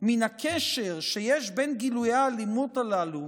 מן הקשר שיש בין גילויי האלימות הללו